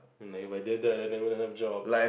and if I did that then they wouldn't have jobs